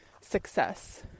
success